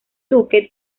duque